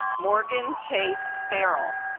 morgan chase barrel